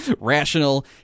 rational